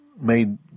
made